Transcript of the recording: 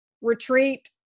Retreat